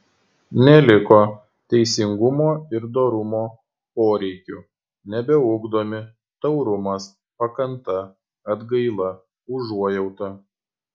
neliko teisingumo ir dorumo poreikių nebeugdomi taurumas pakanta atgaila užuojauta